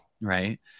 Right